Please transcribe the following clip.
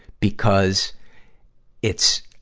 because it's,